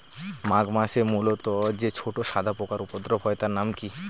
মাঘ মাসে মূলোতে যে ছোট সাদা পোকার উপদ্রব হয় তার নাম কি?